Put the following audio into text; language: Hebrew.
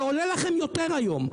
זה עולה לכם יותר היום.